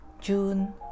june